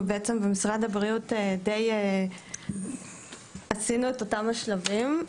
אנחנו במשרד הבריאות די עשינו את אותם שלבים.